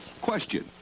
Question